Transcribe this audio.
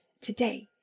today